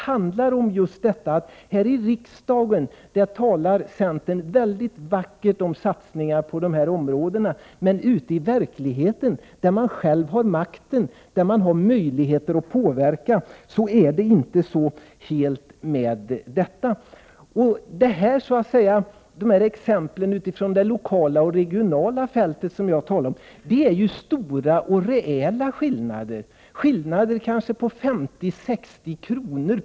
Här i riksdagen talar centern väldigt vackert om att satsa på dessa utbildningsområden, men ute i verkligheten där centern själv har makt och har möjlighet att påverka är det litet sämre med det. De exempel från det lokala och regionala fält som jag talade om visar på — Prot. 1988/89:104 stora och reella skillnader, skillnader på kanske 50 och 60 kr.